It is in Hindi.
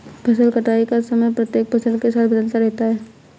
फसल कटाई का समय प्रत्येक फसल के साथ बदलता रहता है